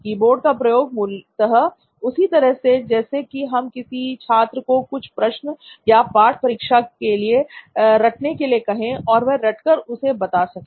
keyboard का प्रयोग मूलतः उसी तरह से है जैसे कि हम किसी छात्र को कुछ प्रश्न या पाठ परीक्षा के लिए रटने के लिए कहें और वह रटकर उसे बता सके